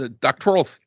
doctoral